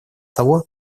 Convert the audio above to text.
того